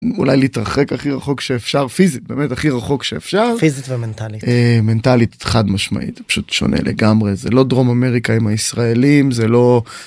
אולי להתרחק הכי רחוק שאפשר פיזית, באמת, הכי רחוק שאפשר.. פיזית ומנטלית, מנטלית חד משמעית, פשוט שונה לגמרי זה לא דרום אמריקה עם הישראלים זה לא...